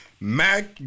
Mac